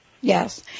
Yes